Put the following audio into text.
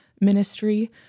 ministry